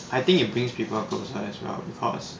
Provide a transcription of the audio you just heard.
I think it brings people closer as well because